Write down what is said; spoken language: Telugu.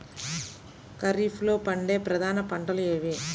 ఖరీఫ్లో పండే ప్రధాన పంటలు ఏవి?